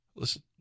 Listen